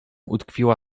utkwiła